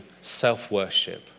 self-worship